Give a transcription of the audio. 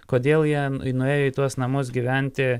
kodėl jie nuėjo į tuos namus gyventi